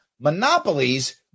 monopolies